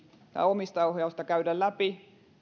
omistajaohjausta käydä läpi